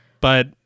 But-